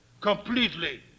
completely